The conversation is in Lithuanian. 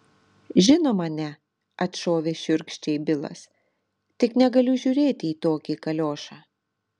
žinoma ne atšovė šiurkščiai bilas tik negaliu žiūrėti į tokį kaliošą